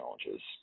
challenges